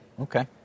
Okay